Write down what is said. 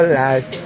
life